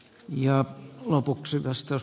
arvoisa herra puhemies